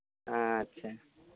ᱟᱪᱪᱷᱟ